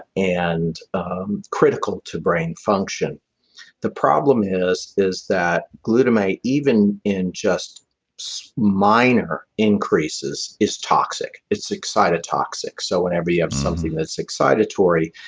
and critical to brain function the problem is is that glutamate even in just minor increases is toxic. it's excited toxic. so whenever you have something that's excitatory,